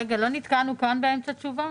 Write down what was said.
רגע, לא נתקענו כאן באמצע תשובה?